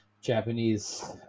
Japanese